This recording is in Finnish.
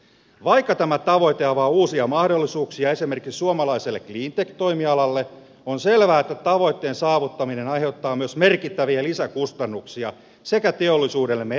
vaikka tämä tavoite avaa uusia mahdollisuuksia esimerkiksi suomalaiselle cleantech toimialalle on selvää että tavoitteen saavuttaminen aiheuttaa myös merkittäviä lisäkustannuksia sekä teollisuudellemme että kotitalouksille